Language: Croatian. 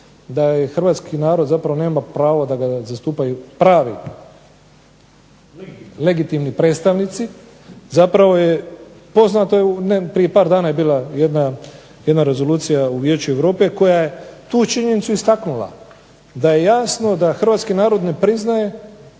da je hrvatski narod zapravo nema pravo da ga zastupaju pravi legitimni predstavnici zapravo je poznato. Prije par dana je bila jedna rezolucija u Vijeću Europe koja je tu činjenicu istaknula, da je jasno da hrvatski narod ne priznaje